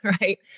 right